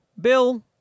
Bill